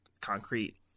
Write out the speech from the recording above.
concrete